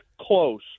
close